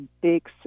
big